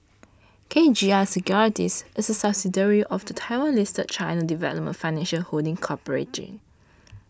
K G I Securities is a subsidiary of the Taiwan listed China Development Financial Holding Corporation